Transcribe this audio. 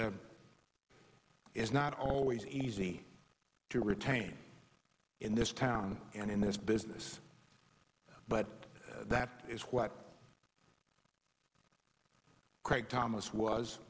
is not always easy to retain in this town and in this business but that is what craig thomas was